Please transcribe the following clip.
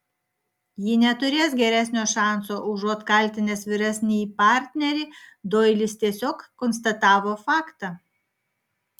ji neturės geresnio šanso užuot kaltinęs vyresnįjį partnerį doilis tiesiog konstatavo faktą